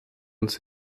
uns